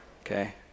Okay